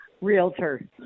Realtor